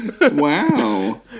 Wow